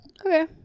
Okay